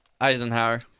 Eisenhower